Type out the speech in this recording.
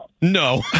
No